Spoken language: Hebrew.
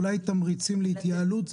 אולי תמריצים להתייעלות?